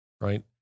right